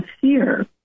fear